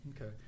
okay